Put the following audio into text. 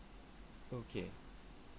okay